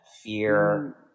fear